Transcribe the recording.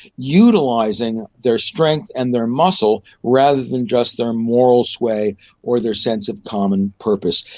utilising their strengths and their muscle rather than just their moral sway or their sense of common purpose.